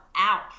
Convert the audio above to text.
out